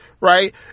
right